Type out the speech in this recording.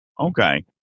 Okay